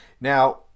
Now